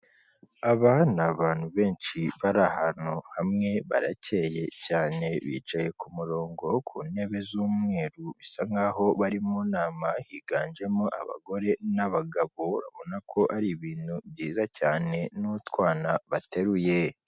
Aba ni abantu benshi bari ahantu hamwe, barakeye cyane, bicaye ku murongo, ku ntebe z'umweru, bisa nk'aho bari mu nama. Higanjemo abagore n'abagabo, urabona ko ari ibintu byiza cyane, n'utwana bateruye.